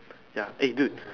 ya eh dude